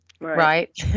right